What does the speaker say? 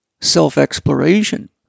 Self-exploration